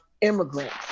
immigrants